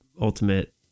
ultimate